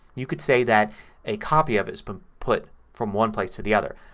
you could say that a copy of it has been put from one place to the other.